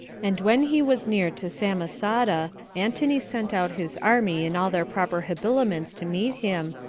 and when he was near to samosata, antony sent out his army in all their proper habiliments to meet him,